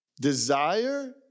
desire